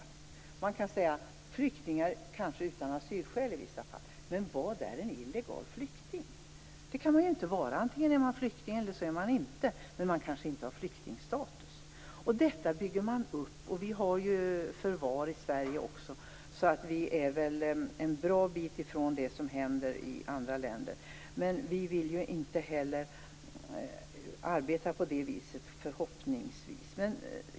Man kan kanske säga att det var flyktingar utan asylskäl i vissa fall. Men fanns där någon illegal flykting? Det kan man inte vara. Antingen är man flykting eller också är man det inte - men man kanske inte har flyktingstatus. Detta byggs alltså upp. Vi har förvar i Sverige också. Vi är en bra bit från det som händer i andra länder, men vi vill förhoppningsvis inte heller arbeta på det viset.